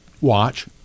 watch